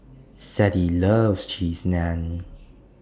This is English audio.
Sadie loves Cheese Naan